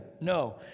No